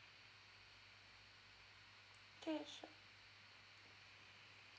okay sure